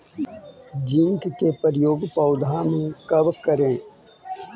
Zinc के प्रयोग पौधा मे कब करे?